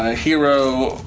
ah hero.